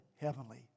heavenly